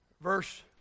verse